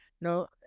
no